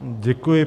Děkuji.